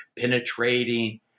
penetrating